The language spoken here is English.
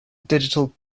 digital